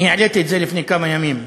אני העליתי את זה לפני כמה ימים,